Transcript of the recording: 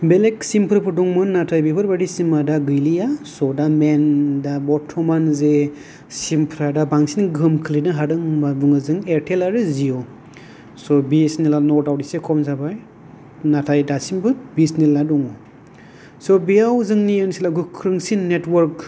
बेलेग सिम फोरबो दंमोन नाथाय बेफोरबादि सिम फोरबो गैलिया स' मेइन दा बरतमान जे सिम फ्रा बांसिन गोहोम खोलैनो हादों होनना बुङोब्ला जों एयारटेल आरो जिअ स' न' दाउट बिएसएनएल आ एसे खम जाबाय नाथाय दासिमबो बिएसएनएल आनो दङ स' बियाव जोंनि ओनसोलाव गोख्रोंसिन नेटवार्क